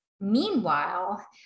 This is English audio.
Meanwhile